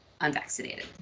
unvaccinated